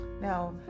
Now